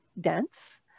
dense